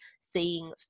seeing